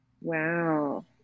Wow